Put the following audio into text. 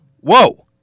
Whoa